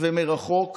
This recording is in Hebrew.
ומרחוק